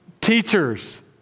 teachers